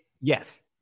yes